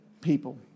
people